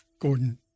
Gordon